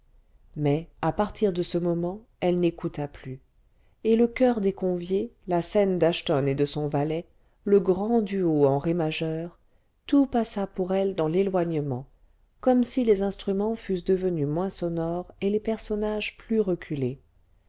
mais à partir de ce moment elle n'écouta plus et le choeur des conviés la scène d'ashton et de son valet le grand duo en ré majeur tout passa pour elle dans l'éloignement comme si les instruments fussent devenus moins sonores et les personnages plus reculés